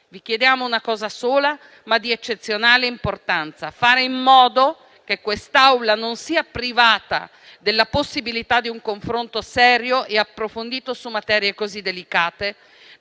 Vi chiediamo una cosa sola, ma di eccezionale importanza: fare in modo che quest'Aula non sia privata della possibilità di un confronto serio e approfondito su materie così delicate,